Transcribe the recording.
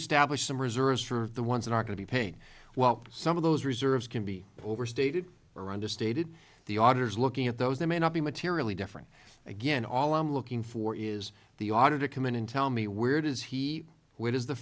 to some reserves for the ones that are going to be paid well some of those reserves can be overstated or understated the auditor is looking at those that may not be materially different again all i'm looking for is the author to commit in tell me where does he where does the